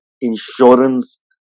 insurance